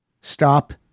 stop